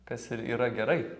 kas ir yra gerai